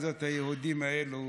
היהודים האלה מוזרים.